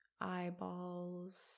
eyeballs